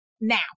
now